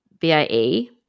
BIE